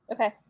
Okay